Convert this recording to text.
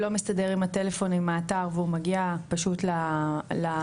לא מסתדר עם הטלפון עם האתר והוא מגיע פשוט לסניף,